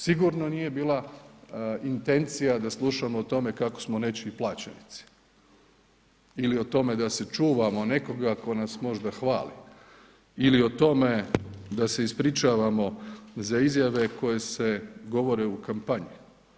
Sigurno nije bila intencija da slušam o tome kako smo neki plaćenici ili o tome da se čuvamo nekoga tko nas možda hvali ili o tome da se ispričavamo za izjave koje se govore u kampanji.